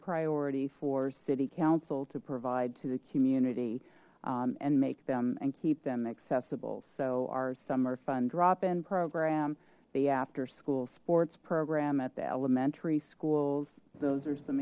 priority for city council to provide to the community and make them and keep them accessible so our summer fun drop in program the after school sports program at the elementary schools those are some